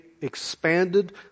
expanded